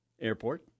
airport